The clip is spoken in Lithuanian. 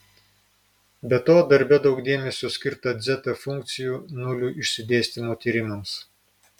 be to darbe daug dėmesio skirta dzeta funkcijų nulių išsidėstymo tyrimams